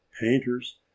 painters